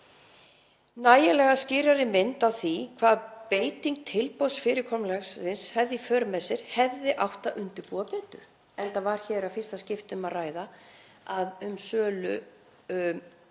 Nægilega skýrari mynd af því hvað beiting tilboðsfyrirkomulagsins hefði í för með sér hefði átt að undirbúa betur enda var hér í fyrsta skipti um að ræða að